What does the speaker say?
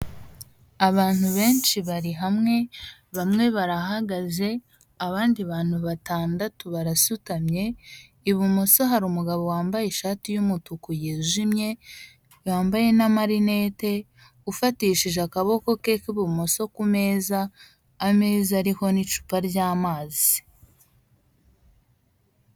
Abantu benshi bari hamwe, bamwe barahagaze abandi bantu batandatu barasutamye, ibumoso hari umugabo wambaye ishati y'umutuku yijimye yambaye na marinete ufatishije akaboko ke k'ibumoso kumeza, ameza ariho n'icupa ry'amazi.